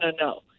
no